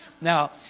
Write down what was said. Now